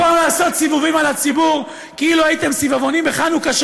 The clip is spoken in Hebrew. במקום לעשות סיבובים על הציבור כאילו הייתם סביבונים בחנוכה,